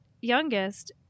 youngest